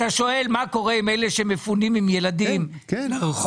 אתה שואל מה קורה עם אלה שמפונים עם ילדים לרחוב,